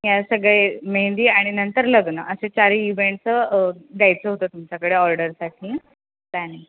ह्या सगळे मेहंदी आणि नंतर लग्न असे चारही इव्हेंट्स द्यायचं होतं तुमच्याकडे ऑर्डरसाठी प्लॅनिंग